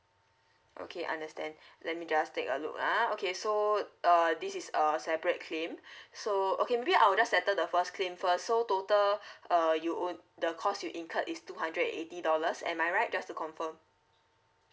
okay understand let me just take a look ah okay so uh this is a separate claim so okay maybe I will just settle the first claim first so total uh you own the cost you incurred is two hundred and eighty dollars am I right just to confirm